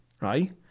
right